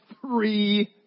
three